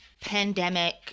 pandemic